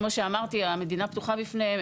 כמו שאמרתי, המדינה פתוחה בפניהם.